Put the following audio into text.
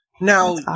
Now